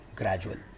gradual